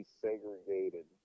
segregated